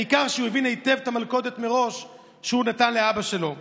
ניכר שהוא הבין היטב את המלכודת שהוא טמן לאבא שלו מראש.